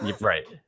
Right